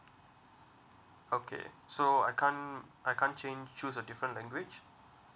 okay so I can't I can't change choose a different language